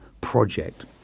project